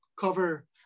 cover